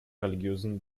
religiösen